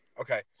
Okay